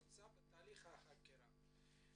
נמצא בתהליך החקירה,